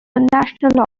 international